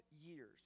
years